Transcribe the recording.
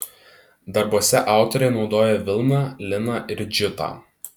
darbuose autorė naudoja vilną liną ir džiutą